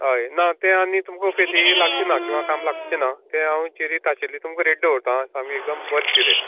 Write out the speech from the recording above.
हय ना तें आनी तुमका फेती लागची ना किंवा काम लागचे ना ते हांव चिरे ताशिल्ले तुमका रेडी दवरतां आमगे एकदम बरें चिरें